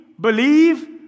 believe